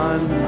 One